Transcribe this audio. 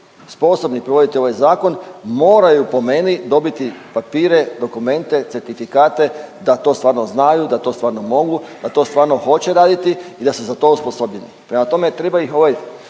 sposobni provoditi ovaj zakon moraju po meni dobiti papire, dokumente, certifikate da to stvarno znaju, da to stvarno mogu, da to stvarno hoće raditi i da su za to osposobljeni. Prema tome, treba ih ovaj